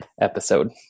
episode